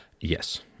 Yes